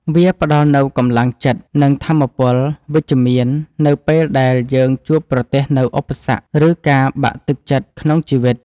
វាផ្ដល់នូវកម្លាំងចិត្ត និងថាមពលវិជ្ជមាននៅពេលដែលយើងជួបប្រទះនូវឧបសគ្គ ឬការបាក់ទឹកចិត្តក្នុងជីវិត។